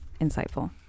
insightful